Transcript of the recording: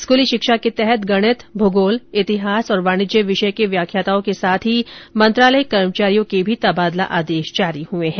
स्कूली शिक्षा के तहत गणित भूगोल इतिहास और वाणिज्य विषय के व्याख्याताओं के साथ ही मंत्रालयिक कर्मचारियों के भी तबादला आदेश जारी हुए है